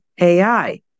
AI